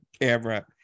camera